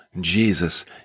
Jesus